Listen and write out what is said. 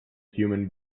human